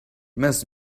must